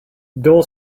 dull